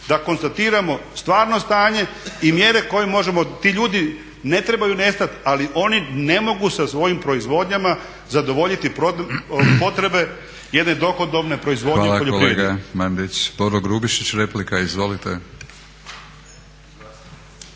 da konstatiramo stvarno stanje i mjere koje možemo. Ti ljudi ne trebaju nestati, ali oni ne mogu sa svojim proizvodnjama zadovoljiti potrebe jedne dohodovne proizvodnje u poljoprivredi. **Batinić, Milorad (HNS)** Hvala kolega Mandić. Boro Grubišić, replika. Izvolite.